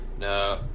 No